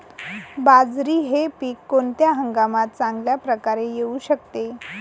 बाजरी हे पीक कोणत्या हंगामात चांगल्या प्रकारे येऊ शकते?